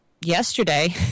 yesterday